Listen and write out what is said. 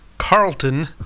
Carlton